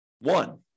one